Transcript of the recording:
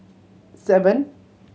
seven